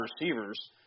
receivers